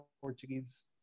Portuguese